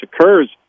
occurs